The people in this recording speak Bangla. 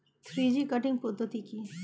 থ্রি জি কাটিং পদ্ধতি কি?